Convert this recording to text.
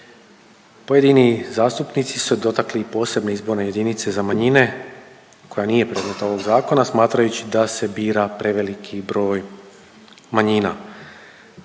Pojedini zastupnici su se dotakli i posebne izborne jedinice za manjine koja nije predmet ovog zakona smatrajući da se bira preveliki broj manjina.